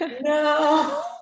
no